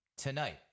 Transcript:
Tonight